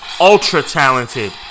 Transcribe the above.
ultra-talented